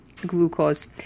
glucose